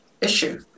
issue